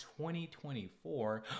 2024